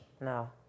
No